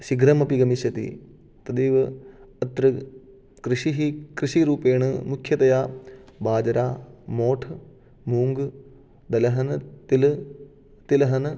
शीघ्रमपि गमिष्यति तदैव अत्र कृषिः कृषिरूपेण मुख्यतया बाजरा मोठ मूङ्ग् दलहन तिल तिलहन